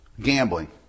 Gambling